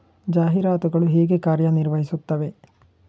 ಜಾಹೀರಾತುಗಳು ಹೇಗೆ ಕಾರ್ಯ ನಿರ್ವಹಿಸುತ್ತವೆ?